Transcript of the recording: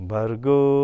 Bargo